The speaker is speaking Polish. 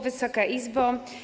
Wysoka Izbo!